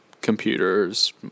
computers